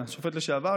השופט לשעבר,